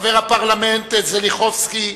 חבר הפרלמנט זליחובסקי,